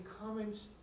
comments